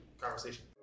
conversation